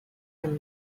and